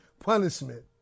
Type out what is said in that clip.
punishment